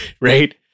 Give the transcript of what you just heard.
Right